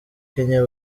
kanye